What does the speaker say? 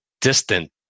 distant